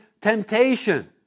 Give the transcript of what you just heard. temptation